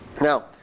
Now